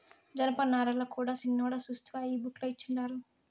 జనపనారల కూడా సిన్నోడా సూస్తివా ఈ బుక్ ల ఇచ్చిండారు